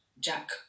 Jack